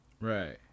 Right